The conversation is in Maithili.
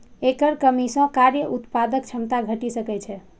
एकर कमी सं कार्य उत्पादक क्षमता घटि सकै छै